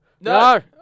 No